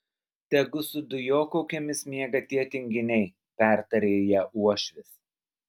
tegu su dujokaukėmis miega tie tinginiai pertarė ją uošvis